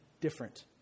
different